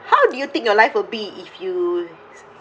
how do you think your life will be if you